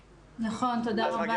נכון, תודה רבה.